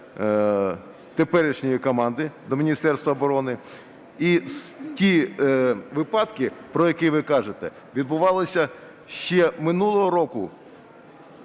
теперішньої команди до Міністерства оборони. І ті випадки, про які ви кажете, відбувалися ще минулого року,